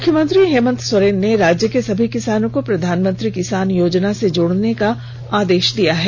मुख्यमंत्री हेमंत सोरेन ने राज्य के सभी किसानों को प्रधानमंत्री किसान योजना से जोड़ने का आदेश दिया है